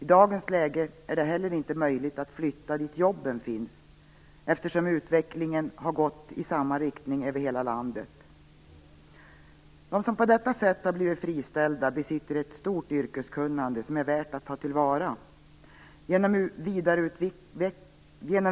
I dagens läge är det heller inte möjligt att flytta dit där jobben finns, eftersom utvecklingen har gått i samma riktning över hela landet. De som på detta sätt har blivit friställda besitter ett stort yrkeskunnande som är värt att ta till vara. Genom